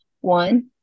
one